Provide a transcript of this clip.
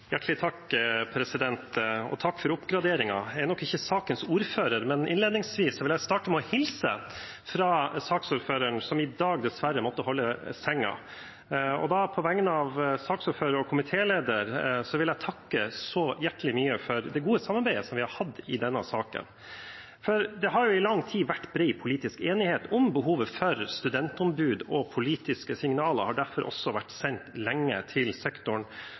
hjertelig mye for det gode samarbeidet vi har hatt i denne saken. Det har jo i lang tid vært bred politisk enighet om behovet for et studentombud, og politiske signaler har derfor også lenge vært sendt til sektoren,